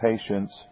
patients